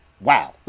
wow